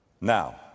Now